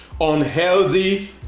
unhealthy